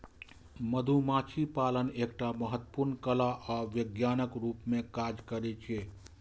मधुमाछी पालन एकटा महत्वपूर्ण कला आ विज्ञानक रूप मे काज करै छै